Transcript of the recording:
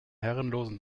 herrenlosen